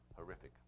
horrific